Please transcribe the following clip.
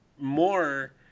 more –